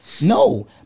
No